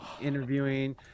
interviewing